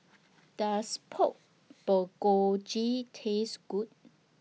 Does Pork Bulgogi Taste Good